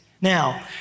Now